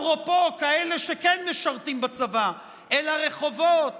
אפרופו כאלה שכן משרתים בצבא אל הרחובות